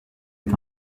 est